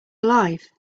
alive